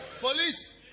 Police